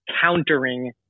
countering